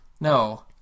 No